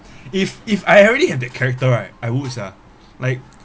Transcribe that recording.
if if I already have that character right I was ah like